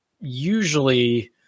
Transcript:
usually